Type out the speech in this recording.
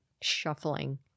shuffling